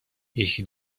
یکی